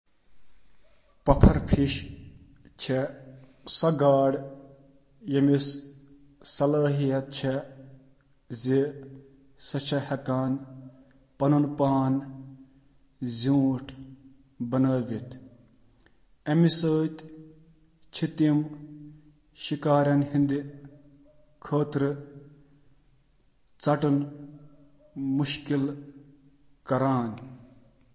آ، پفر فش ہٮ۪کَن شِکارَن خٕلاف دِفٲعی طریقہٕ کار کِس طورس پیٚٹھ بٔڑ ظٲہِر گژھنہٕ خٲطرٕ پَنُن پان پھۄلٲوِتھ